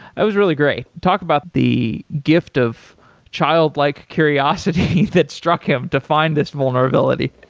that was really great. talk about the gift of child-like curiosity that struck him to find this vulnerability